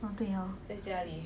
oh 对 orh